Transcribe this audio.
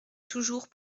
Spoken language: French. toujours